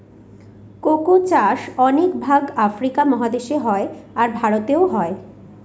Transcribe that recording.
cocoa চাষ অনেক ভাগ আফ্রিকা মহাদেশে হয়, আর ভারতেও হয়